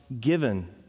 given